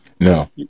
No